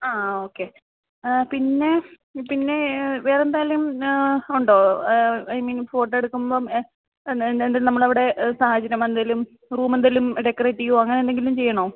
ആ ഓക്കെ പിന്നെ പിന്നെ വേറെ എന്തായാലും ഉണ്ടോ ഐ മീൻ ഫോട്ടോ എടുക്കുമ്പോൾ നമ്മൾ അവിടെ സാഹചര്യം എന്തെങ്കിലും റൂമ് എന്തെങ്കിലും ഡെക്കറേറ്റ് ചെയ്യുകയോ അങ്ങനെ എന്തെങ്കിലും ചെയ്യണോ